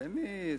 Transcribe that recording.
תן לי,